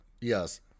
Yes